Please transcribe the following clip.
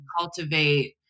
cultivate